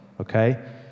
okay